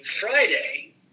Friday